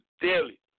daily